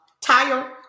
tire